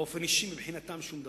באופן אישי, מבחינתן, שום דבר.